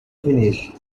finish